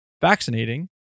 vaccinating